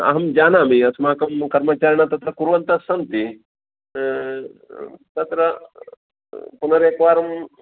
अहं जानामि अस्माकं कर्मचारिणः तत्र कुर्वन्तस्सन्ति तत्र पुनरेकवारम्